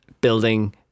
building